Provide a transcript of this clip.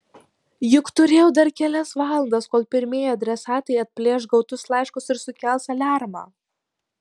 juk turėjau dar kelias valandas kol pirmieji adresatai atplėš gautus laiškus ir sukels aliarmą